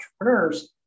Entrepreneurs